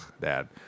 dad